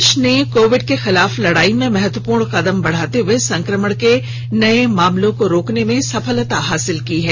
देश ने कोविड के खिलाफ लड़ाई में महत्वपूर्ण कदम बढ़ाते हुए संक्रमण के नए मामलों को रोकने में सफलता प्राप्त की है